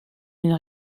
une